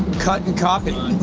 cut and copy,